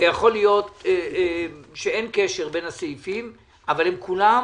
יכול להיות שאין קשר בין הסעיפים אבל כולן